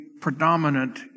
predominant